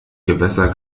gewässer